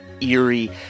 eerie